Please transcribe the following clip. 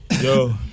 Yo